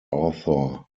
author